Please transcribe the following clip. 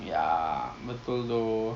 ya